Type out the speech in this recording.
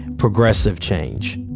progressive change.